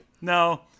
No